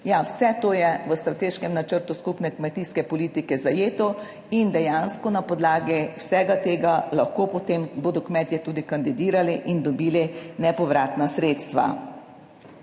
Ja, vse to je v strateškem načrtu skupne kmetijske politike zajeto in dejansko na podlagi vsega tega lahko potem bodo kmetje tudi kandidirali in dobili nepovratna sredstva.